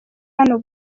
hano